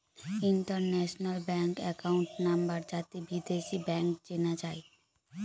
international bank account number যাতে বিদেশী bank চেনা যায়